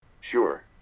Sure